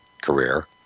career